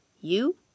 You